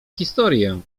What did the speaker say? historię